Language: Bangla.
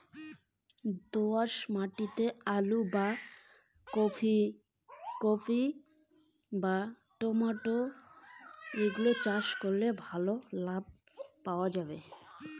দোয়াস মাটিতে কুন ফসল লাগাইলে বেশি লাভ পামু?